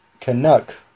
Canuck